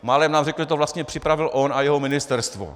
Málem nám řekl, že to vlastně připravil on a jeho ministerstvo.